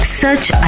search